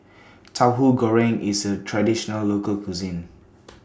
Tauhu Goreng IS A Traditional Local Cuisine